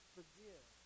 Forgive